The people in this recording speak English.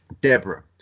Deborah